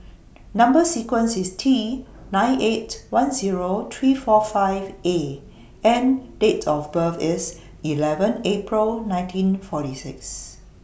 Number sequence IS T nine eight one Zero three four five A and Date of birth IS eleven April nineteen forty six